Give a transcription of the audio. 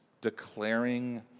declaring